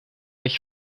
ich